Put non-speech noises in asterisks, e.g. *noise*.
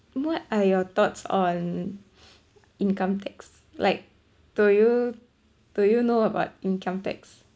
what are your thoughts on *breath* income tax like do you do you know about income tax